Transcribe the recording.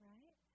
Right